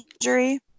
injury